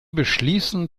beschließen